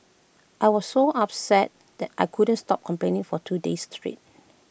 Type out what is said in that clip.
I was so upset that I couldn't stop complaining for two days straight